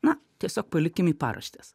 na tiesiog palikim į paraštes